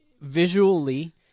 visually